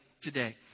today